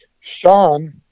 Sean